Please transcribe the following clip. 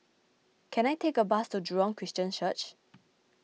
can I take a bus to Jurong Christian Church